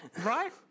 Right